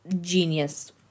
genius